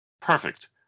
Perfect